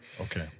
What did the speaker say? Okay